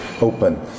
open